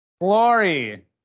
glory